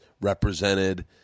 represented